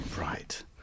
Right